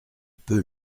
peux